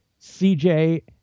CJ